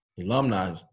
Alumni